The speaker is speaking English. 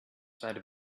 side